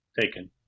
taken